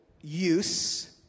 use